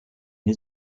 his